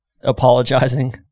apologizing